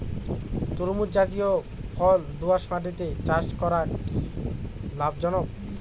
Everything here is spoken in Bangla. তরমুজ জাতিয় ফল দোঁয়াশ মাটিতে চাষ করা কি লাভজনক?